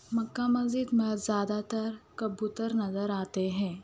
مکہ مسجد میں زیادہ تر کبوتر نظر آتے ہیں